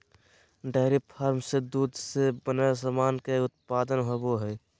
dairy farm से दूध से बनल सामान के उत्पादन होवो हय